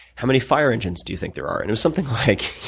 how many fire engines do you think there are? it was something like